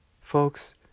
Folks